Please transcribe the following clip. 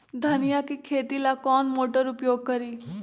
धनिया के खेती ला कौन मोटर उपयोग करी?